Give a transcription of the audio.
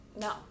No